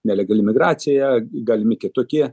nelegali migracija galimi kitokie